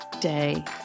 day